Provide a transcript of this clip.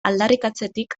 aldarrikatzetik